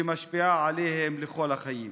המשפיעה עליהם לכל החיים.